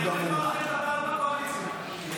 --- בקואליציה.